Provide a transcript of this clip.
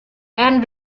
and